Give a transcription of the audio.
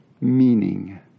meaning